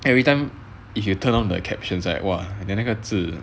everytime if you turn on the captions right !wah! then 那个字